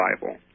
Bible